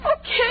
Okay